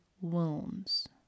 wounds